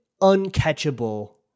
uncatchable